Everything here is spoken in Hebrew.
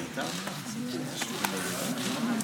השר כהן,